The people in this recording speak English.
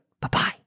Bye-bye